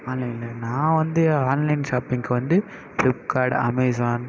ஆன்லைனில் நான் வந்து ஆன்லைன் ஷாப்பிங்க்கு வந்து ஃபிளிப்கார்ட் அமேசான்